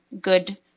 good